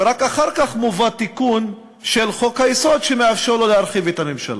ורק אחר כך מובא תיקון של חוק-היסוד שמאפשר לו להרחיב את הממשלה.